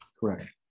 Correct